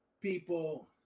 people